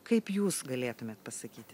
kaip jūs galėtumėt pasakyti